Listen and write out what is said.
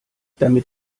damit